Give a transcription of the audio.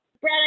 Brad